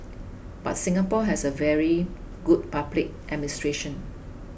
but Singapore has very good public administration